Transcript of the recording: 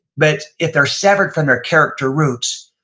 but if they're severed from their character roots,